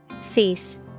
Cease